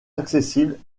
accessibles